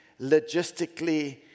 logistically